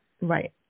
Right